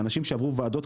זה אנשים שעברו וועדות,